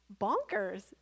bonkers